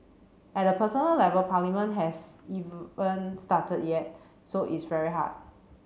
at a personal level Parliament has even started yet so it's very hard